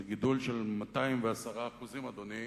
זה גידול של 210%, אדוני.